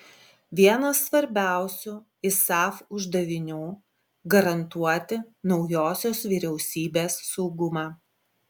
vienas svarbiausių isaf uždavinių garantuoti naujosios vyriausybės saugumą